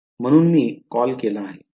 म्हणून मी कॉल केला